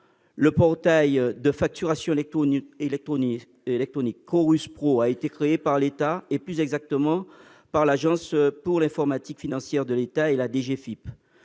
Le portail de facturation électronique Chorus Pro a été créé par l'État, plus exactement par l'Agence pour l'informatique financière de l'État, l'AIFE